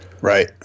Right